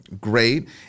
Great